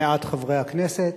מעט חברי הכנסת,